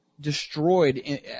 Destroyed